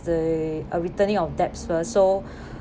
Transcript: the uh returning of debts first so